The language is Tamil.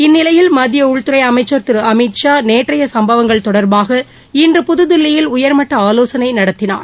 இந்நிலையில் மத்திய உள்துறை அமைச்சர் திரு அமித்ஷா நேற்றைய சம்பவங்கள் தொடர்பாக இன்று புதுதில்லியில் உயர்மட்ட ஆலோசனை நடத்தினார்